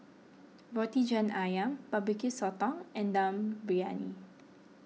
Roti John Ayam Barbecue Sotong and Dum Briyani